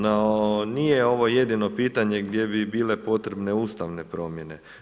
No nije ovo jedino potanje gdje bi bile potrebne ustavne primjene.